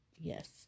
yes